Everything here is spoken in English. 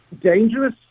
dangerous